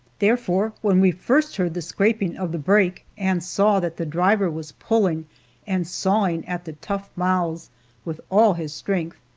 therefore, when we first heard the scraping of the brake, and saw that the driver was pulling and sawing at the tough mouths with all his strength,